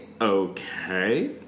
okay